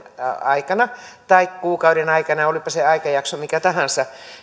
aikana tai kuukauden aikana tai olipa se aikajakso mikä tahansa